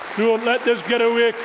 let this get away,